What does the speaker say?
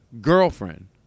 girlfriend